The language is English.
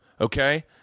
okay